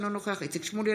אינו נוכח איציק שמולי,